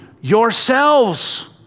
Yourselves